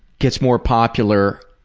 gets more popular,